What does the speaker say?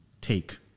take